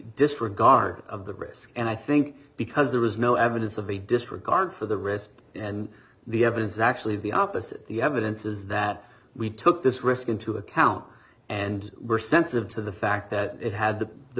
disregard of the risk and i think because there is no evidence of a disregard for the risk and the evidence actually be opposite the evidence is that we took this risk into account and were sensitive to the fact that it had the